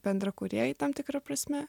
bendrakūrėjai tam tikra prasme